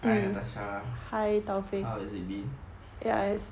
hi natasha how has it been